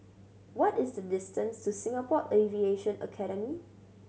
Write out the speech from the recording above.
what is the distance to Singapore Aviation Academy